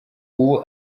uwo